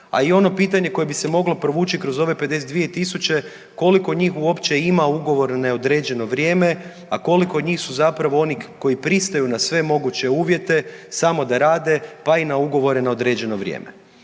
a i ono pitanje koje bi se moglo provući kroz ove 52 tisuće, koliko njih uopće ima ugovor na neodređeno vrijeme, a koliko njih su zapravo oni koji pristaju na sve moguće uvjete samo da rade, pa i na ugovore na određeno vrijeme.